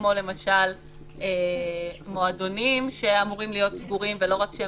כמו מועדונים שאמורים להיות סגורים ולא רק הם